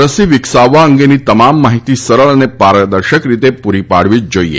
રસી વિકસાવવા અંગેની તમામ માહિતી સરળ અને પારદર્શક રીતે પૂરી પાડવી જ જોઇએ